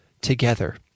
together